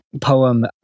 poem